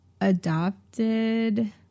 adopted